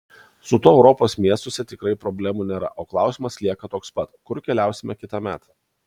su tuo europos miestuose tikrai problemų nėra o klausimas lieka toks pats kur keliausime kitąmet